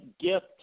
gift